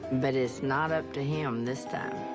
but it's not up to him this time.